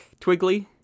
Twiggly